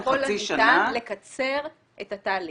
שאנחנו נעשה ככל הניתן לקצר את התהליך.